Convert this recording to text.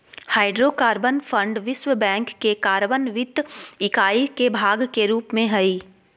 hydrocarbon fund विश्व bank के carbon वित्त इकाई के भाग के रूप में हइ